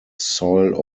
soil